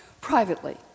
privately